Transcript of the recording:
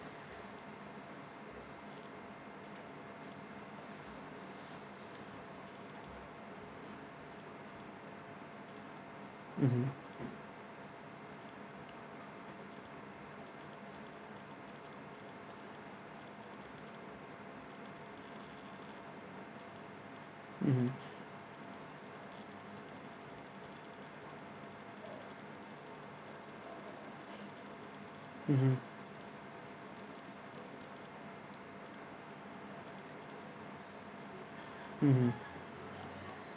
mmhmm mmhmm mmhmm mmhmm